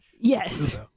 Yes